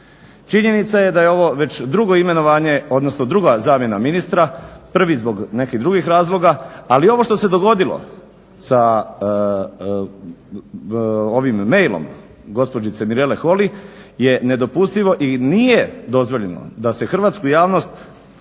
Činjenica je da je ovo već drugo imenovanje odnosno druga zamjena ministra. Prvi zbog nekih drugih razloga, ali ovo što se dogodilo sa mailom gospođice Mirele Holy je nedopustivo i nije dozvoljeno da se hrvatsku javnost